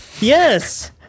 Yes